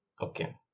okay